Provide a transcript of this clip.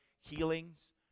healings